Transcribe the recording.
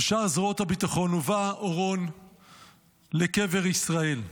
ושאר זרועות הביטחון הובא אורון לקבר ישראל,